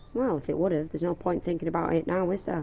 well if it would've, there's no point thinking about it now, is there?